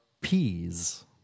peas